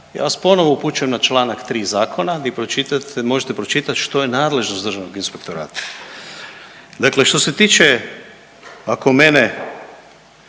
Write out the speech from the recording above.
Ja vas ponovo upućujem na čl. 3. zakona gdje možete pročitat što je nadležnost Državnog inspektorata. Dakle, što se tiče ako mene